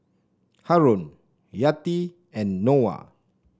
Haron Yati and Noah